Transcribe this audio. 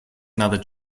another